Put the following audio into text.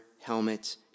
helmets